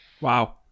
Wow